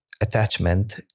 attachment